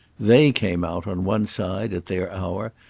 they came out, on one side, at their hour,